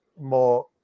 more